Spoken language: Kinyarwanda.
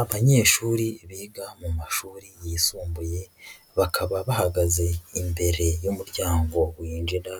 Abanyeshuri biga mu mashuri yisumbuye, bakaba bahagaze imbere y'umuryango winjira